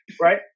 right